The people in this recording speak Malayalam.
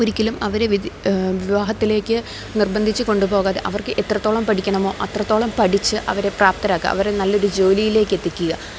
ഒരിക്കലും അവരെ വിവാഹത്തിലേക്ക് നിർബന്ധിച്ച് കൊണ്ടുപോകാതെ അവർക്ക് എത്രത്തോളം പഠിക്കണമോ അത്രത്തോളം പഠിച്ച് അവരെ പ്രാപ്തരാക്കുക അവരെ നല്ലൊരു ജോലിയിലേക്കെത്തിക്കുക